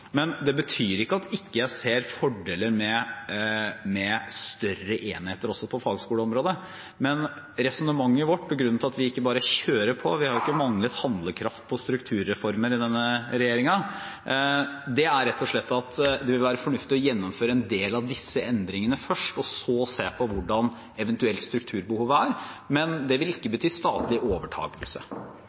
Det betyr ikke at jeg ikke ser fordeler med større enheter også på fagskoleområdet. Men resonnementet vårt og grunnen til at vi ikke bare kjører på – det har jo ikke manglet handlekraft når det gjelder strukturreformer i denne regjeringen – er rett og slett at det vil være fornuftig å gjennomføre en del av disse endringene først, og så eventuelt se på hvordan strukturbehovet er. Men det vil ikke bety statlig